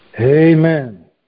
Amen